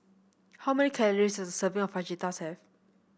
how many calories is a serving of Fajitas have